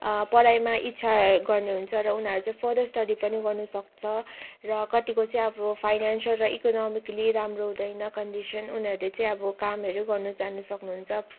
पढाइमा इच्छा गर्ने हुन्छ र उनीहरू चाहिँ फर्दर स्टडी पनि गर्नुसक्छ र कतिको चाहिँ आबो फाइनेनसियल र इकोनमिकली राम्रो हुँदैन कन्डिसन उनीहरूले चाहिँ अब कामहरू गर्नु चाहनु सक्नुहुन्छ